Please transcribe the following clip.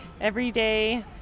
everyday